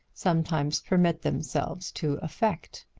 sometimes permit themselves to affect.